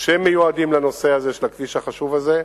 שמיועדים לנושא הזה של הכביש החשוב הזה.